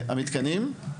המתקנים.